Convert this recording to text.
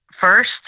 First